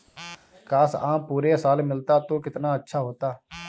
काश, आम पूरे साल मिलता तो कितना अच्छा होता